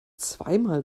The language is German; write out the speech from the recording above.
zweimal